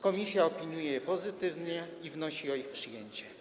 Komisja opiniuje je pozytywnie i wnosi o ich przyjęcie.